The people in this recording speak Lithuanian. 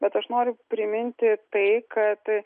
bet aš noriu priminti tai kad